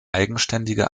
eigenständige